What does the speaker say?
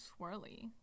swirly